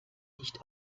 nicht